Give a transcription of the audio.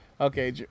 Okay